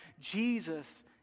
Jesus